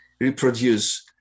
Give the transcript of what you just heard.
reproduce